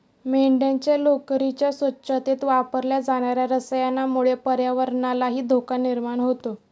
मेंढ्यांच्या लोकरीच्या स्वच्छतेत वापरल्या जाणार्या रसायनामुळे पर्यावरणालाही धोका निर्माण होतो